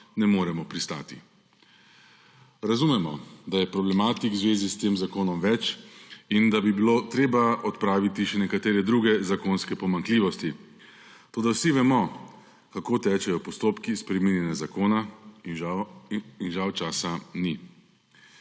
ne moremo pristati. Razumemo, da je problematik v zvezi s tem zakonom več in da bi bilo treba odpraviti še nekatere druge zakonske pomanjkljivosti, toda vsi vemo, kako tečejo postopki spreminjanja zakona in žal časa ni.